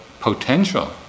potential